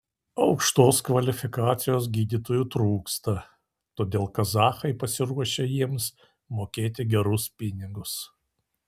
aukštos kvalifikacijos gydytojų trūksta todėl kazachai pasiruošę jiems mokėti gerus pinigus